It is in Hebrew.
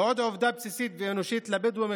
ועוד עובדה בסיסית ואנושית: לבדואים,